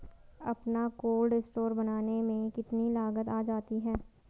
अपना cold store बनाने में कितनी लागत आ जाती है?